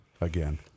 again